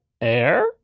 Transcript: Air